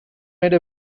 made